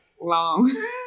long